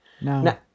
No